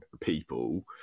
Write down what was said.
people